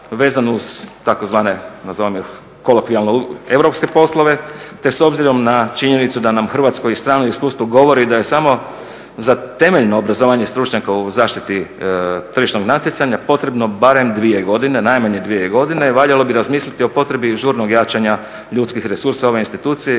vezano uz tzv. nazovimo ih kolokvijalno europske poslove te s obzirom na činjenicu da nam hrvatsko i strano iskustvo govori da je samo za temeljno obrazovanje stručnjaka u zaštiti tržišnog natjecanja potrebno barem dvije godine, najmanje dvije godine, valjalo bi razmisliti o potrebi žurnog jačanja ljudskih resursa ove institucije